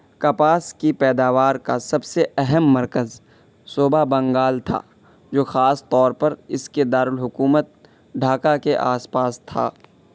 کپاس کی پیداوار کا سب سے اہم مرکز صوبہ بنگال تھا جو خاص طور پر اس کے دارالحکومت ڈھاکہ کے آس پاس تھا